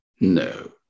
No